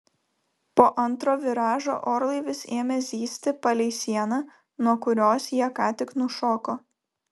po antro viražo orlaivis ėmė zyzti palei sieną nuo kurios jie ką tik nušoko